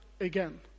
again